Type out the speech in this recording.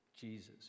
Jesus